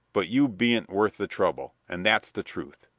but you ben't worth the trouble, and that's the truth.